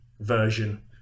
version